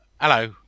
hello